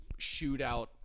shootout